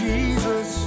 Jesus